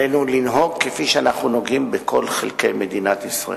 עלינו לנהוג כפי שאנחנו נוהגים בכל חלקי מדינת ישראל.